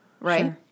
right